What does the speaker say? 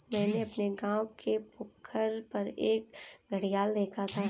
मैंने अपने गांव के पोखर पर एक घड़ियाल देखा था